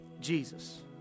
Jesus